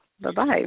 Bye-bye